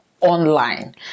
online